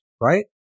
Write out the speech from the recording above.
right